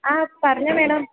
ആ പറഞ്ഞോളൂ മേഡം